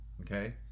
okay